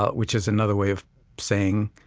ah which is another way of saying